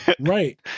Right